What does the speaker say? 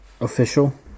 official